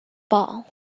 ball